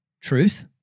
truth